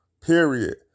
period